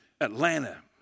Atlanta